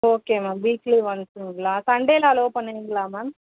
okay ma'am weekly ஒன்ஸுங்களா சண்டேவில் allow பண்ணுவீங்களா மேம்